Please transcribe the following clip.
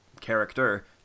character